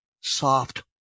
soft